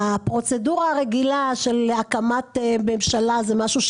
הם בוחרים בסיעה ולא בוחרים באנשים ועל סמך זה מה הצדק,